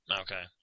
Okay